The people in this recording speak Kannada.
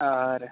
ಹಾಂ ರೀ